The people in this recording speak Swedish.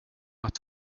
att